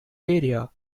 area